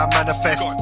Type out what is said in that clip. manifest